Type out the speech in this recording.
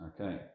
Okay